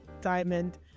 diamond